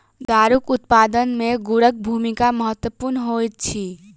दारूक उत्पादन मे गुड़क भूमिका महत्वपूर्ण होइत अछि